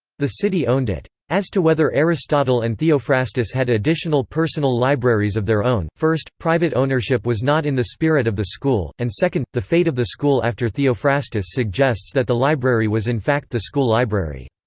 the city owned it. as to whether aristotle and theophrastus had additional personal libraries of their own, first, private ownership was not in the spirit of the school, and second, the fate of the school after theophrastus suggests that the library was in fact the school library.